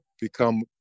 become